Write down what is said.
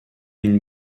une